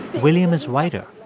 william is whiter,